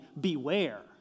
beware